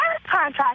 contract